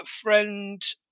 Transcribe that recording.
friend